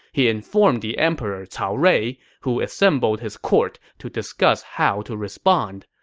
he informed the emperor cao rui, who assembled his court to discuss how to respond.